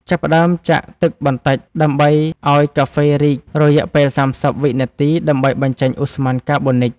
ចាប់ផ្ដើមចាក់ទឹកបន្តិចដើម្បីឱ្យកាហ្វេ រីក រយៈពេល ៣០ វិនាទី ដើម្បីបញ្ចេញឧស្ម័នកាបូនិច។